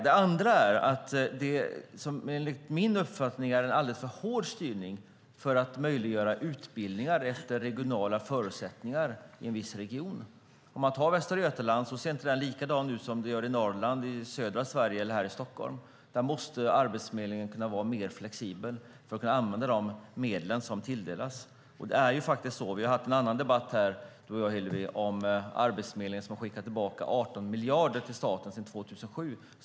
Det andra är att det enligt min uppfattning är en alldeles för hård styrning för att möjliggöra utbildningar efter regionala förutsättningar i en viss region. I Västra Götaland ser det inte likadant ut som i Norrland, i södra Sverige eller här i Stockholm. Arbetsförmedlingen måste kunna vara mer flexibel för att kunna använda de medel som tilldelas. Vi har haft en annan debatt här, du och jag, Hillevi, om att Arbetsförmedlingen har skickat tillbaka 18 miljarder kronor till staten sedan 2007.